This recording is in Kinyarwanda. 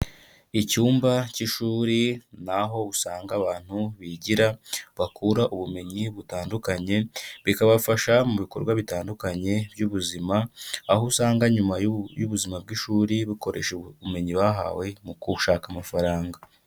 Icyumba cy'ishuri ni aho usanga abantu bigira, bakura ubumenyi butandukanye, bikabafasha mu bikorwa bitandukanye by'ubuzima, aho usanga nyuma y'ubuzima bw'ishuri bakoresha ubu bumenyi bahawe mu gushaka amafaranga.